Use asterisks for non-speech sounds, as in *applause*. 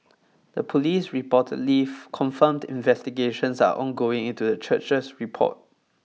the police reportedly *noise* confirmed investigations are ongoing into the church's report